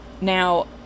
Now